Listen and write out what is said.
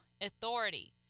authority